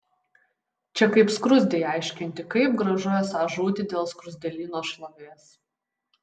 čia kaip skruzdei aiškinti kaip gražu esą žūti dėl skruzdėlyno šlovės